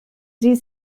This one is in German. sie